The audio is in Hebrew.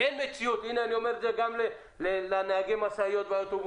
אין מציאות הנה אני אומר את זה גם לנהגי המשאיות והאוטובוסים,